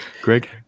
Greg